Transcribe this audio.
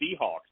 Seahawks